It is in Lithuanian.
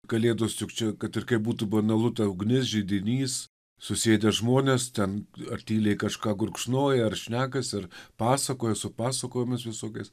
kalėdos juk čia kad ir kaip būtų banalu ta ugnis židinys susėdę žmonės ten ar tyliai kažką gurkšnoja ar šnekasi ar pasakoja su pasakomis visokias